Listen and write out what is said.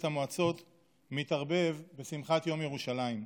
המועצות מתערבב בשמחת יום ירושלים,